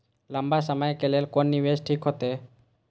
लंबा समय के लेल कोन निवेश ठीक होते?